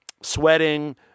sweating